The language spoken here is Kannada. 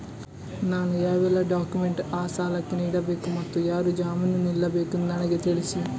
ನಾನು ಯಾವೆಲ್ಲ ಡಾಕ್ಯುಮೆಂಟ್ ಆ ಸಾಲಕ್ಕೆ ನೀಡಬೇಕು ಮತ್ತು ಯಾರು ಜಾಮೀನು ನಿಲ್ಲಬೇಕೆಂದು ನನಗೆ ತಿಳಿಸಿ?